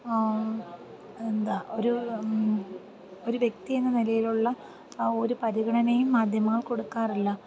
എന്താണ് ഒരു ഒരു വ്യക്തിയെന്ന നിലയിലുള്ള ആ ഒരു പരിഗണനയും മാധ്യമങ്ങൾ കൊടുക്കാറില്ല